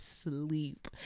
Sleep